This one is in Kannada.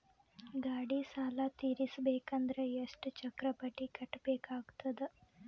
ಗಾಡಿ ಸಾಲ ತಿರಸಬೇಕಂದರ ಎಷ್ಟ ಚಕ್ರ ಬಡ್ಡಿ ಕಟ್ಟಬೇಕಾಗತದ?